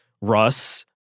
Russ